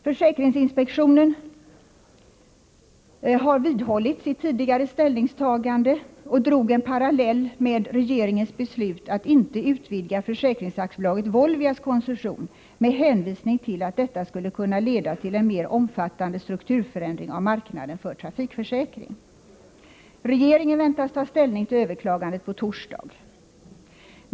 Försäkringsinspektionen har vidhållit sitt tidigare ställningstagande att försäkringen inte borde tecknas och drog en parallell med regeringens beslut att inte utvidga Försäkringsaktiebolaget Volvias koncession med hänvisning till att detta skulle kunna leda till en mer omfattande strukturförändring av marknaden för trafikförsäkring. Regeringen väntas ta ställning till överklagandet på torsdag.